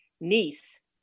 niece